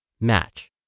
match